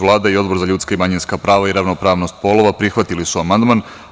Vlada i Odbor za ljudska i manjinska prava i ravnopravnost polova prihvatili su amandman.